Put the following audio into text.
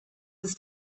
ist